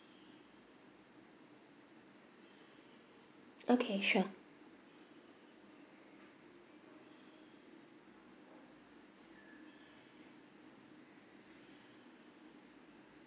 okay sure